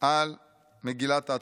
על מגילת העצמאות."